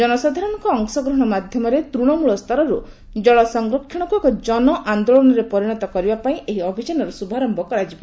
ଜନସାଧାରଣଙ୍କ ଅଂଶଗ୍ରହଣ ମାଧ୍ୟମରେ ତୃଶମ୍ବଳ ସ୍ତରର୍ ଜଳ ସଂରକ୍ଷଣକ୍ତ ଏକ ଜନ ଆନ୍ଦୋଳନରେ ପରିଣତ କରିବା ପାଇଁ ଏହି ଅଭିଯାନର ଶୁଭାରମ୍ଭ କରାଯିବ